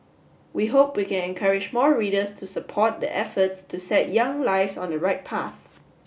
we hope we can encourage more readers to support the efforts to set young lives on the right path